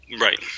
Right